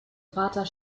vater